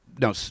no